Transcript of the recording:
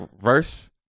verse